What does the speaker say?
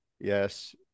yes